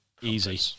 Easy